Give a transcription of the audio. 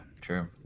True